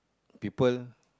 people